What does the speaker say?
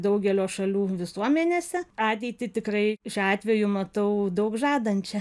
daugelio šalių visuomenėse ateitį tikrai šiuo atveju matau daug žadančią